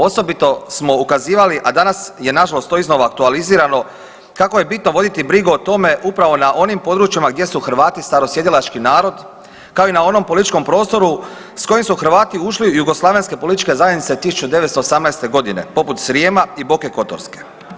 Osobito smo ukazivali, a danas je nažalost to iznova aktualizirano, kako je bitno voditi brigu o tome upravo na onim područjima gdje su Hrvati starosjedilački narod, kao i na onom političkom prostoru s kojim smo Hrvati ušli u jugoslavenske političke zajednice 1918. g., poput Srijema i Boke kotorske.